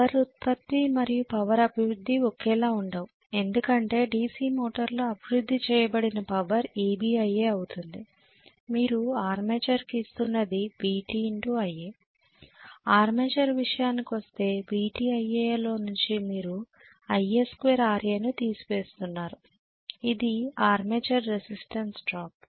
power ఉత్పత్తి మరియు power అభివృద్ధి ఒకేలా ఉండవు ఎందుకంటే DC మోటారులో అభివృద్ధి చేయబడిన పవర్ Eb Ia అవుతుంది మీరు ఆర్మేచర్ కి ఇస్తున్నది Vt Ia ఆర్మేచర్ విషయానికొస్తే Vt Ia లో నుంచి మీరు Ia 2 Ra ను తీసివేస్తున్నారు ఇది ఆర్మేచర్ రెసిస్టెన్స్ డ్రాప్